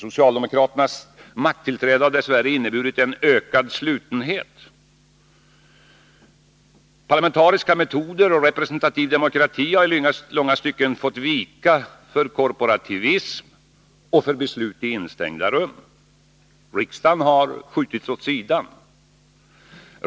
Socialdemokratins makttillträde har dess värre inneburit en ökad slutenhet. Parlamentariska metoder och representativ demokrati har i långa stycken fått vika för korporativism och beslut i slutna rum. Riksdagen har skjutits åt sidan.